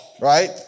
right